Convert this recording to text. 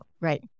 Right